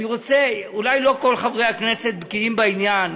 אני רוצה, אולי לא כל חברי הכנסת בקיאים בעניין,